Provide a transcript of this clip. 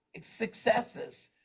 successes